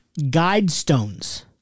Guidestones